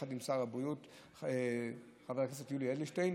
יחד עם שר הבריאות חבר הכנסת יולי אדלשטיין,